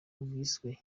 bwiswe